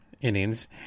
innings